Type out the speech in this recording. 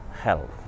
health